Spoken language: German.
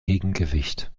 gegengewicht